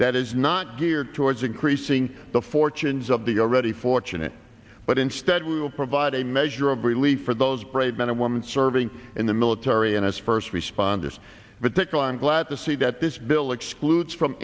that is not geared towards increasing the fortunes of the already fortunate but instead we will provide a measure of relief for those brave men and women serving in the military and as first responders but pickle i'm glad to see that this bill excludes from